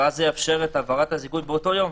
וזה יאפשר את העברת הזיכוי באותו יום,